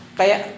kaya